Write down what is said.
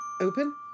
open